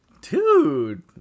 Dude